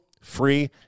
free